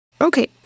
Okay